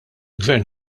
gvern